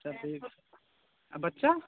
अच्छा ठीक आ बच्चा